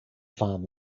farm